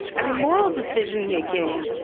i mean, moral decision making,